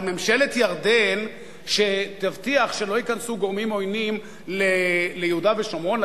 על ממשלת ירדן שתבטיח שלא ייכנסו גורמים עוינים ליהודה ושומרון,